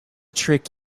trick